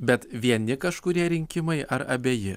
bet vieni kažkurie rinkimai ar abieji